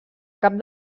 cap